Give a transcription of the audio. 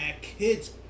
kids